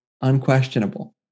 unquestionable